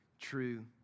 true